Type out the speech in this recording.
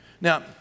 Now